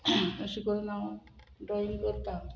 अशें करून हांव ड्रॉईंग करता